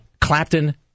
Clapton